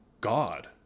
God